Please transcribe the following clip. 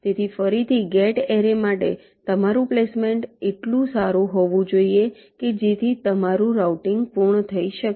તેથી ફરીથી gate array માટે તમારું પ્લેસમેન્ટ એટલું સારું હોવું જોઈએ કે જેથી તમારું રાઉટીંગ પૂર્ણ થઈ શકે